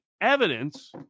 evidence